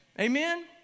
Amen